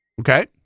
Okay